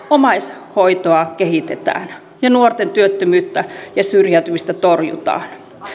omaishoitoa kehitetään ja nuorten työttömyyttä ja syrjäytymistä torjutaan